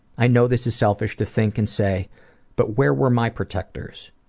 i know this is selfish to think and say but where were my protectors?